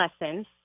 lessons